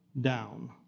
down